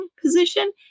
position